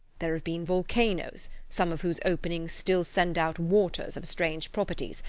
there have been volcanoes, some of whose openings still send out waters of strange properties,